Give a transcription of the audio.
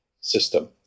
system